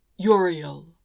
Uriel